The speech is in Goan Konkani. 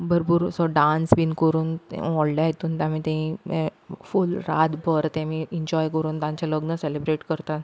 भरपूर असो डांस बीन कोरून व्हडल्या हितून हें फूल रात भर तेमी एन्जॉय करून तांचें लग्न सेलेब्रेट करता